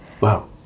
wow